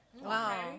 Wow